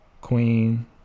Queen